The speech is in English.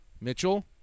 Mitchell